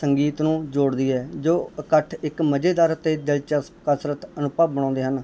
ਸੰਗੀਤ ਨੂੰ ਜੋੜਦੀ ਹੈ ਜੋ ਇਕੱਠੇ ਇੱਕ ਮਜ਼ੇਦਾਰ ਅਤੇ ਦਿਲਚਸਪ ਕਸਰਤ ਅਨੁਭਵ ਬਣਾਉਂਦੇ ਹਨ